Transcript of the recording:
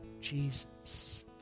Jesus